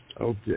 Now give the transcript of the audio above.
Okay